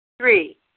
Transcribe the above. Three